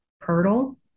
hurdle